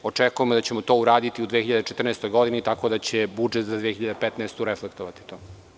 Očekujemo da ćemo to uraditi u 2014. godini, tako da će budžet za 2015. godinu reflektovati to.